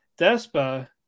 Despa